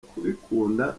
kubikunda